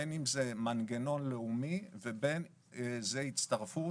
בין אם זה מנגנון לאומי ובין אם זה הצטרפות